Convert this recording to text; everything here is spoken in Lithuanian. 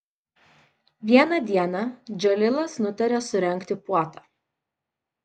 vieną dieną džalilas nutarė surengti puotą